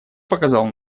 показал